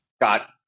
got